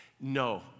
no